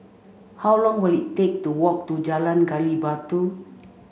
how long will it take to walk to Jalan Gali Batu